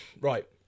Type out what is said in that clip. Right